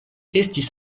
estis